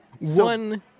One